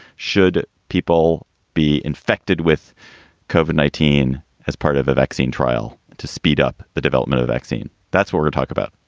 should people be infected with cauvin, nineteen, as part of a vaccine trial to speed up the development of vaccine? that's what to talk about.